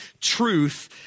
truth